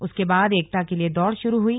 उसके बाद एकता के लिए दौड़ शुरू हुई